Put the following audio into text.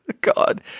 God